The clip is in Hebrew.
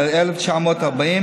1940,